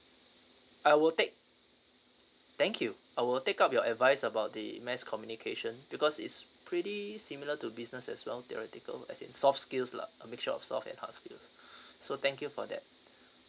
I will take thank you I will take up your advice about the mass communication because is pretty similar to business as well theoretical as in soft skills lah a mixture of soft and hard skills so thank you for that